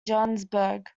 johannesburg